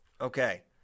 Okay